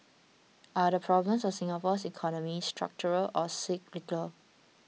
are the problems of Singapore's economy structural or cyclical